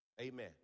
Amen